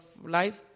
life